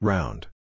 Round